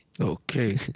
Okay